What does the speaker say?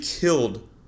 killed